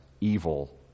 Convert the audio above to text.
evil